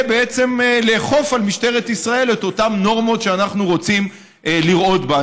בעצם לאכוף על משטרת ישראל את אותן נורמות שאנחנו רוצים לראות בה.